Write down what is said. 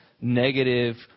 negative